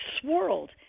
swirled